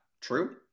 true